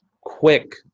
quick